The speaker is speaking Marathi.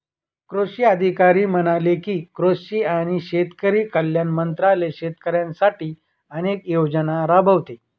कृषी अधिकारी म्हणाले की, कृषी आणि शेतकरी कल्याण मंत्रालय शेतकऱ्यांसाठी अनेक योजना राबवते